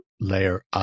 layer